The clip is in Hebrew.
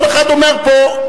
כל אחד אומר פה,